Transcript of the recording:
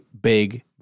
big